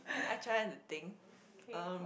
I try to think um